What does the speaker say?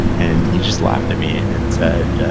and he just laughed at me and said,